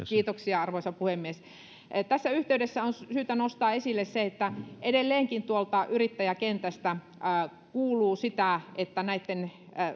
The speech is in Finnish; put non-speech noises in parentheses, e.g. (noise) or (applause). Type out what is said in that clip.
(unintelligible) kiitoksia arvoisa puhemies tässä yhteydessä on syytä nostaa esille se että edelleenkin tuolta yrittäjäkentältä kuuluu sitä että näitten